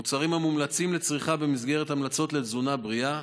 מוצרים המומלצים לצריכה במסגרת ההמלצות לתזונה בריאה,